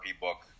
book